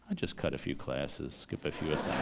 and just cut a few classes, skip a few. i,